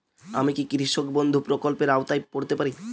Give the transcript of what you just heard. আমি কি কৃষক বন্ধু প্রকল্পের আওতায় পড়তে পারি?